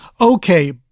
Okay